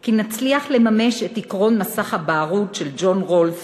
כי נצליח לממש את עקרון "מסך הבערות" של ג'ון רולס